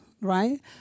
right